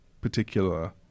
particular